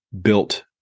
built